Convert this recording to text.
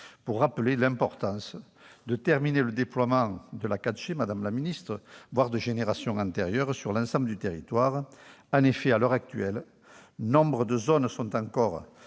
pour rappeler l'importance de terminer le déploiement de la 4G, voire de générations antérieures, sur l'ensemble du territoire. En effet, à l'heure actuelle, nombre de zones sont encore